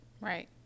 Right